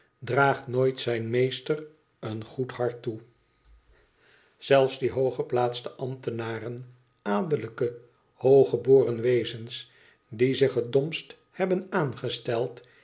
draagt nooit zijn meester een goed hart toe zelfs die hooggeplaatste ambtenaren adellijke hooggeboren wezens die zich het domst hebben aangesteld